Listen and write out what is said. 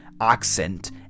accent